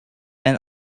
and